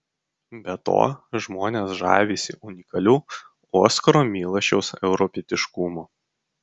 be to žmonės žavisi unikaliu oskaro milašiaus europietiškumu